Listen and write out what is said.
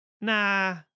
nah